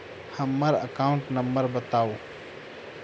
हम्मर account number बताऊ?